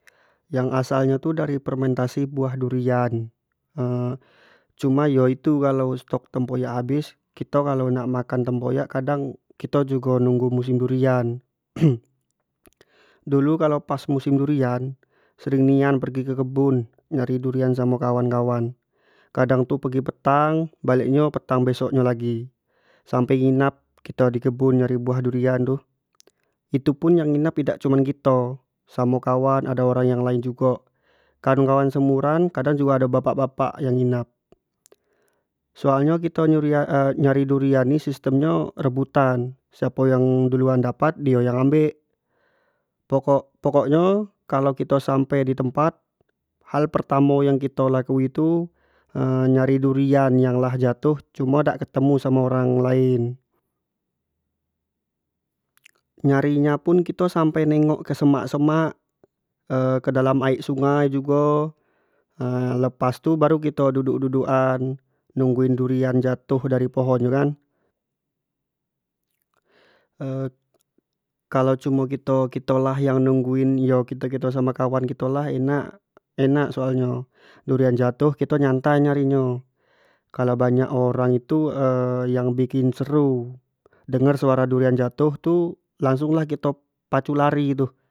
Yang asal nyo tu dari fermentasi buah durian cuma yo itu kalau stok tempoyak habis kito kalau nak makan tempoyak kadang jugo nunggu musim durian dulu kalau pas musim durian, sering nian pergi ke kebun nyari durian samo kawan- kawan, kadang tu pergi petang balek nyo petang besok nyo lagi, samping nginap kito di kebun nyari buah durian tu, itu pun yang nginap idak cumin kito samo kawan samo ado orang lain jugo, kawan- kawan seumuran kadang ado, bapak- bapak yang nginap, soal nyo kito nyari durian ini system nyo rebutan, siapo yang duluan dapat dio yang ngambek pokok- pokok nyo kalau kito sampe di tempat hal pertamo yang kito lakui itu nyari durian yang lah jatuh cuma dak ketemu samo orang lain nyari nyo pun kito sampai nengok ke semak- semak ke dalam ek sungai jugo lepas tu baru kito duduk duduk an, nungguin durian jatuh dari pohon nyo itu kan kalau cumo kito- kito lah yang nungguin yo kito- kito samo kito kawan lah enak soal nyo durian jatuh kito nyantai nyari nyo, kalau banyak orang tu yang bikin seru dengar suaro durian jatu langusng lah kito dengar pacu lari gitu.